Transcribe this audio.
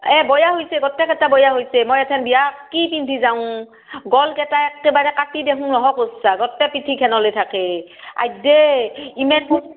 এ বেয়া হৈছে গোটেই কেইটা বেয়া হৈছে মই এথেন বিয়াত কি পিন্ধি যাওঁ গল কেইটা একেবাৰে কাটি দেখোন নোহোৱা কৰিছ গোটেই পিঠিখন ওলাই থাকে আইধ্যে ইমান